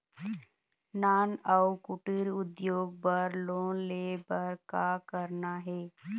नान अउ कुटीर उद्योग बर लोन ले बर का करना हे?